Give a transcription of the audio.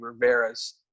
Rivera's